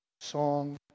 song